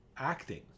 acting